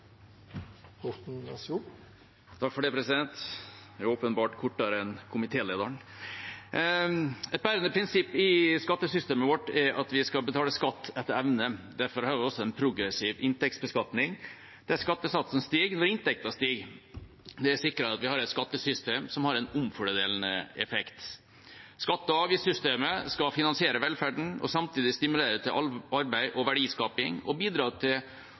at vi skal betale skatt etter evne. Derfor har vi også en progressiv inntektsbeskatning, der skattesatsen stiger når inntekten stiger. Det sikrer at vi har et skattesystem som har en omfordelende effekt. Skatte- og avgiftssystemet skal finansiere velferden og samtidig stimulere til arbeid og verdiskaping, bidra til å styrke produktivitetsvekst og konkurransekraft i norsk økonomi og i tillegg bidra til